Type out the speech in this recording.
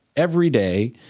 every day,